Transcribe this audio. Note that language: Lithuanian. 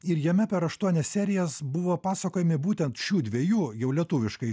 ir jame per aštuonias serijas buvo pasakojami būtent šių dvejų jau lietuviškai